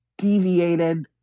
Deviated